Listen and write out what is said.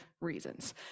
reasons